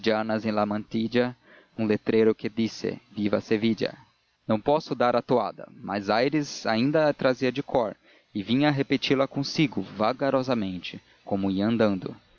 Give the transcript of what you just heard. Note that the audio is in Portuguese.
mantilla un letrero que disse viva sevilla não posso dar a toada mas aires ainda a trazia de cor e vinha a repeti la consigo vagarosamente como ia andando